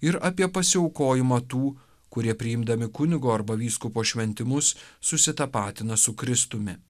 ir apie pasiaukojimą tų kurie priimdami kunigo arba vyskupo šventimus susitapatina su kristumi